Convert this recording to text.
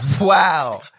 wow